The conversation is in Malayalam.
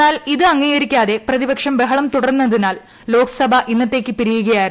എന്നാൽ ഇത് അംഗീകരിക്കാതെ പ്രതിപക്ഷം ബഹളം തുടർന്നതിനാൽ ലോക്സഭ ഇന്നത്തേയ്ക്ക് പിരിയുകയായിരുന്നു